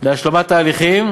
להשלמת תהליכים,